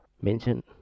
mention